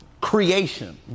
creation